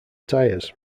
tires